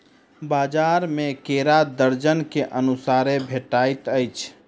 बजार में केरा दर्जन के अनुसारे भेटइत अछि